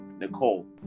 Nicole